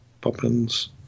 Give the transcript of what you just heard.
Poppins